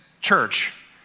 church